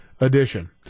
edition